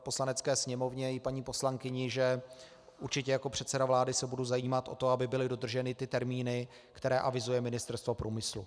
Poslanecké sněmovně i paní poslankyni, že určitě jako předseda vlády se budu zajímat o to, aby byly dodrženy ty termíny, které avizuje Ministerstvo průmyslu.